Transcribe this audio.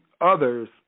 others